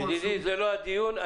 ידידי, זה לא הדיון.